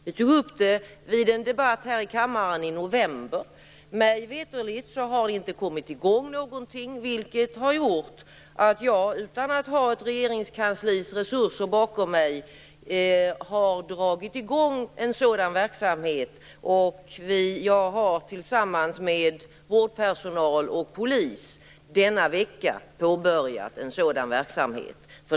Den frågan togs upp i en debatt i kammaren i november. Mig veterligt har ingenting kommit igång, vilket har gjort att jag - utan att ha ett Regeringskanslis resurser bakom mig - har dragit igång en sådan verksamhet. Jag har denna vecka, tillsammans med vårdpersonal och polis, påbörjat en sådan verksamhet.